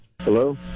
Hello